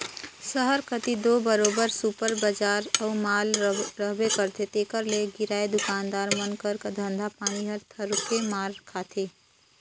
सहर कती दो बरोबेर सुपर बजार अउ माल रहबे करथे तेकर ले किराना दुकानदार मन कर धंधा पानी हर थोरोक मार खाथे